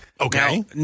okay